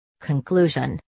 Conclusion